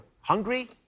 hungry